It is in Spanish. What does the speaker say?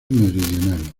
meridional